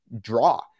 draw